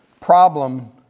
problem